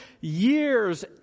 years